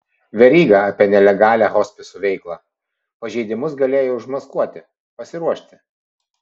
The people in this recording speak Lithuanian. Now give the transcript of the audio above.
veryga apie nelegalią hospisų veiklą pažeidimus galėjo užmaskuoti pasiruošti